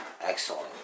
Excellent